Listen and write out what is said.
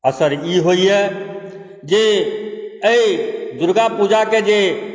असर ई होइए जे अहि दुर्गा पूजाके